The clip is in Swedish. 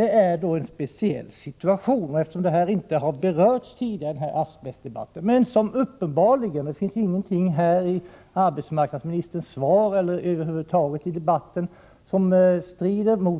Det är här fråga om en speciell situation och en stor grupp människor som inte förut har uppmärksammats i asbestdebatten; mot detta finns det ingenting i arbetsmarknadsministerns svar eller i debatten i övrigt som talar. Dessa människor